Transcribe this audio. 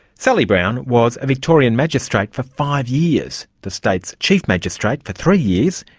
sally brown was a victorian magistrate for five years, the state's chief magistrate for three years,